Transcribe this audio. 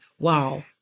wow